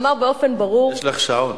יש לך שעון.